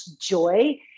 joy